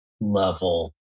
level